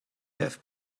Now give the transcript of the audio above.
have